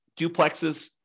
duplexes